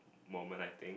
moment I think